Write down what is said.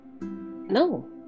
No